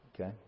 Okay